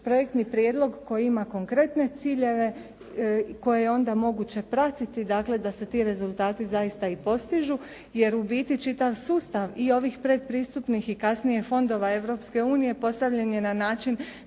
projektni prijedlog koji ima konkretne ciljeve koje je onda moguće pratiti, dakle da se ti rezultati zaista i postižu. Jer u biti čitav sustav i ovih predpristupnih i kasnije fondova Europske unije postavljen je na način